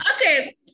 Okay